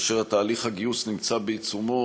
כאשר תהליך הגיוס נמצא בעיצומו,